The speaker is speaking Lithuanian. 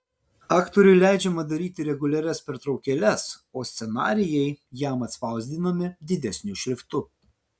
aktoriui leidžiama daryti reguliarias pertraukėles o scenarijai jam atspausdinami didesniu šriftu